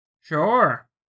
Sure